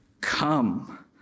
Come